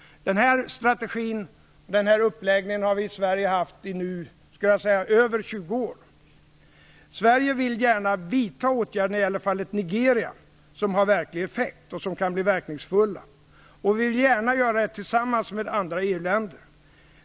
Den strategin och uppläggningen har vi i Sverige nu haft i över 20 år. Sverige vill gärna vidta åtgärder när det gäller fallet Nigeria som har verklig effekt och som kan bli verkningsfulla. Vi vill gärna göra det tillsammans med andra EU-länder.